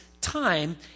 time